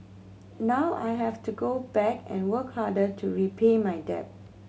now I have to go back and work harder to repay my debt